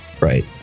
Right